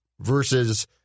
versus-